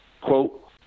quote